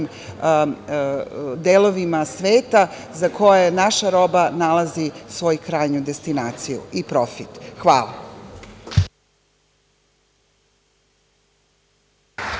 delovima sveta za koje naša roba nalazi svoju krajnju destinaciju i profit. Hvala.